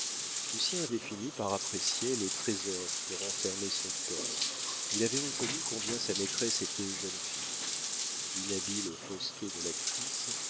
lucien avait fini par apprécier les trésors que renfermait ce cœur il avait reconnu combien sa maîtresse était jeune fille inhabile aux faussetés de l'actrice